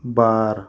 बार